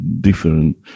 different